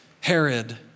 Herod